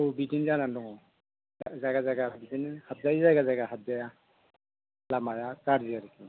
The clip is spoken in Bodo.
औ बिदिनो जानानै दङ जायगा जायगा बिदिनो हाबजायो जायगा जायगा हाबजाया लामाया गाज्रि आरोखि